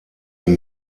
ein